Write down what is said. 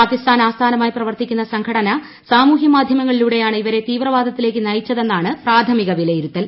പാകിസ്ഥാൻ ആസ്ഥാനമായി പ്രവർത്തിക്കുന്ന സംഘടന സാമൂഹ്യ മാധ്യമങ്ങളിലൂടെയാണ് ഇവരെ തീവ്രവാദത്തിലേക്ക് നയിച്ചതെന്നാണ് പ്രാഥമിക വിലയിരുത്തൽ